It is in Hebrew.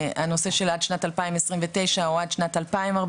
הנושא של עד שנת 2029 או עד שנת 2049,